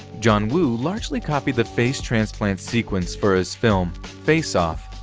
john woo largely copied the face transplant sequence for his film face off,